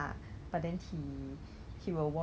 so actually do you know what the voucher use for